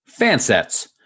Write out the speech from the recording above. Fansets